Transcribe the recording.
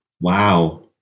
Wow